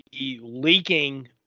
leaking